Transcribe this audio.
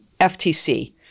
FTC